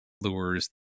lures